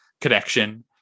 connection